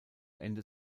ende